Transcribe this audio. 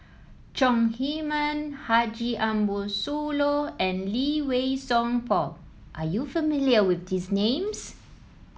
Chong Heman Haji Ambo Sooloh and Lee Wei Song Paul are you familiar with these names